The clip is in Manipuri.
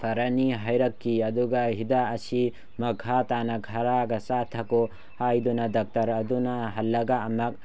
ꯐꯔꯅꯤ ꯍꯥꯏꯔꯛꯈꯤ ꯑꯗꯨꯒ ꯍꯤꯗꯥꯛ ꯑꯁꯤ ꯃꯈꯥ ꯇꯥꯅ ꯈꯔꯒ ꯆꯥꯊꯈꯣ ꯍꯥꯏꯗꯨꯅ ꯗꯥꯛꯇꯔ ꯑꯗꯨꯅ ꯍꯜꯂꯒ ꯑꯃꯨꯛ